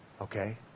Okay